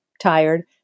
tired